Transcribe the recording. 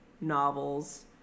novels